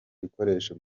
ibikoresho